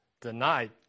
tonight